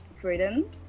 Freedom